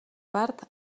part